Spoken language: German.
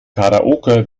karaoke